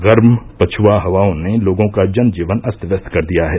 गर्म पछुआ हवाओं ने लोगों का जन जीवन अस्त व्यस्त कर दिया है